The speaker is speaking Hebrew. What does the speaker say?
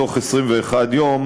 בתוך 21 יום,